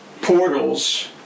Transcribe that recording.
portals